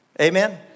Amen